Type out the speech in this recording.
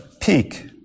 peak